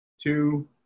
two